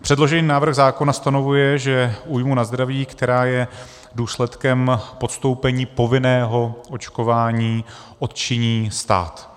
Předložený návrh zákona ustanovuje, že újmu na zdraví, která je důsledkem podstoupení povinného očkování, odčiní stát.